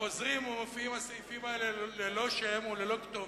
חוזרים ומופיעים הסעיפים האלה ללא שם וללא כתובת,